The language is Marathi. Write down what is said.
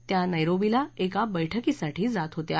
त्या नरीीीला एका बळकीसाठी जात होत्या